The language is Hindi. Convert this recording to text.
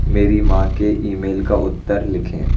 मेरी माँ के ई मेल का उत्तर लिखें